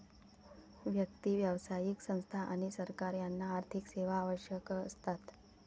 व्यक्ती, व्यावसायिक संस्था आणि सरकार यांना आर्थिक सेवा आवश्यक असतात